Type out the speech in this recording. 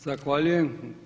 Zahvaljujem.